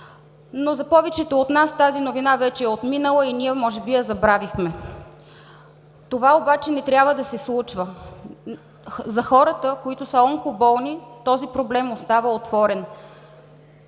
но за повечето от нас тази новина вече е отминала и ние може би я забравихме. Това обаче не трябва да се случва. За хората, които са онкоболни, този проблем остава отворен.